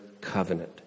covenant